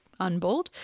unbold